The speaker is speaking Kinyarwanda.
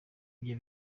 ibyo